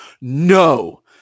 No